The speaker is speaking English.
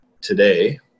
today